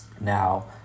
Now